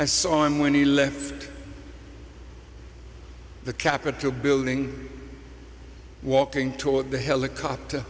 i saw him when he left the capitol building walking toward the helicopter